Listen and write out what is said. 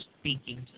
speaking